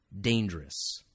dangerous